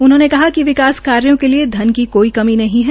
उन्होंने कहा कि विकास कार्यों के लिए धन की कोई कमी नही है